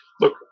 Look